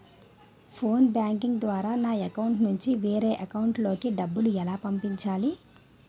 Phone banking ద్వారా నా account నుంచి వేరే అకౌంట్ లోకి డబ్బులు ఎలా పంపించాలి?